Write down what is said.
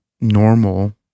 normal